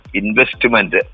investment